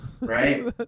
Right